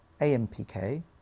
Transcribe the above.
AMPK